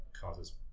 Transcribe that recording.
causes